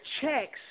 checks